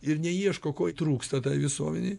ir neieško ko jai trūksta tai visuomenei